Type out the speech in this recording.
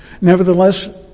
Nevertheless